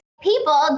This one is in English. people